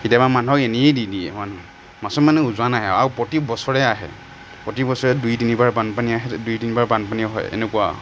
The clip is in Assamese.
কেতিয়াবা মানুহক এনেই দি দিয়ে মাছৰ মানে উজান আহে আৰু প্ৰতি বছৰে আহে প্ৰতি বছৰে দুই তিনিবাৰ বানপানী আহে দুই তিনিবাৰ বানপানীও হয় এনেকুৱা